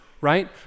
right